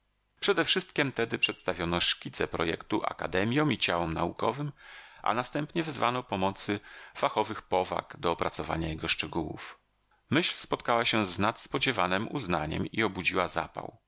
planu przedewszystkiem tedy przedstawiono szkice projektu akademjom i ciałom naukowym a następnie wezwano pomocy fachowych powag do opracowania jego szczegółów myśl spotkała się z nadspodziewanem uznaniem i obudziła zapał